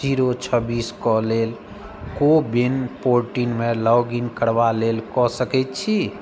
zero छब्बीस के लेल को विन पोर्टल मे लॉग इन करबा लेल कऽ सकैत छी